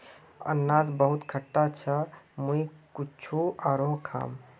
अनन्नास बहुत खट्टा छ मुई कुछू आरोह खाम